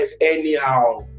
anyhow